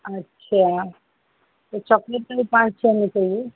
अच्छा तो चॉकलेट में भी पाँच छः में चाहिए